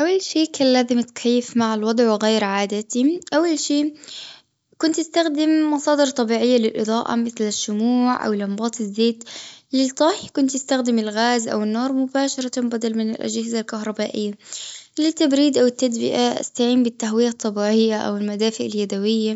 أول شي كان لازم يتكيف مع الوضع وغير عادتي أول شي كنت أستخدم مصادر طبيعية للأضاءة مثل الشموع او لمبات الزيت للطهي ممكن تستخدمي الغاز أو النار مباشرة بدل من الأجهزة الكهربائية للتبريد أو التدفئة, أستعين بالتهوية الطبيعية أو المدافئ اليديوية